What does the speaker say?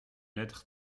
lettre